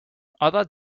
other